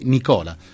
Nicola